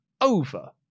over